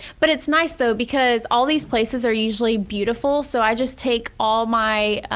but it's nice though because all these places are usually beautiful so i just take all my